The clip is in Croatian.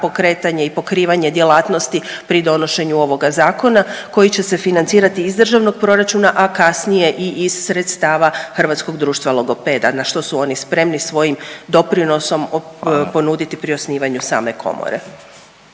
pokretanje i pokrivanje djelatnosti pri donošenju ovoga zakona koji će se financirati iz državnog proračuna, a kasnije i iz sredstava Hrvatskog društva logopeda na što su oni spremni svojim doprinosom …/Upadica Radin: Hvala./… ponuditi pri osnivanju same komore.